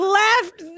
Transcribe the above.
left